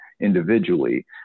individually